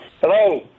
Hello